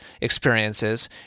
experiences